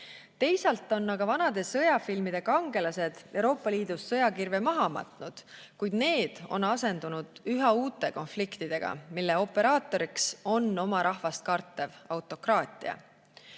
Teisalt on aga vanade sõjafilmide kangelased Euroopa Liidus sõjakirve maha matnud, kuid need on asendunud üha uute konfliktidega, mille operaatoriks on oma rahvast kartev